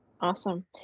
Awesome